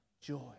Joy